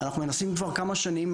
אנחנו מנסים כבר כמה שנים.